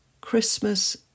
Christmas